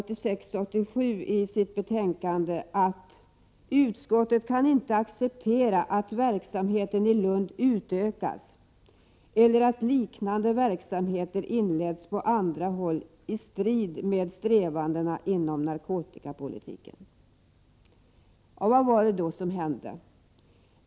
Utskottet sade i sitt betänkande 1986/87: ”Utskottet kan inte acceptera att verksamheten i Lund utökas eller att liknande verksamheter inleds på andra håll i strid med strävandena inom narkotikapolitiken.” Vad var det då som hände?